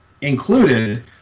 included